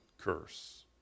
curse